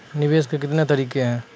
निवेश के कितने तरीका हैं?